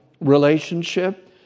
relationship